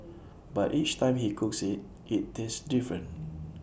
but each time he cooks IT it tastes different